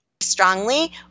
strongly